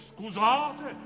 Scusate